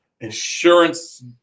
insurance